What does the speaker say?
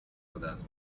others